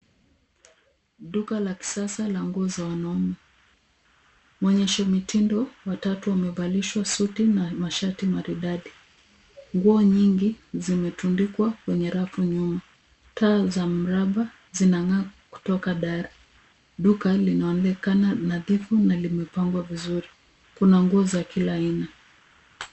Duka la kisasa la nguo za wanaume. Waonyesho mitindo watatu wamevalishwa suti na mashati maridadi. Nguo nyingi, zimetundikwa kwenye rafu nyuma. Taa za mraba zinang'aa kutoka dari. Duka linaonekana nadhifu na limepangwa vizuri. Kuna nguo za kila aina.